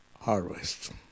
harvest